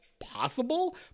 possible